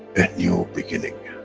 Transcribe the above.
a new beginning,